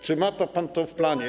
Czy ma pan to w planie?